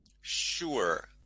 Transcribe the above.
Sure